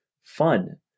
fun